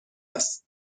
است